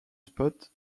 spot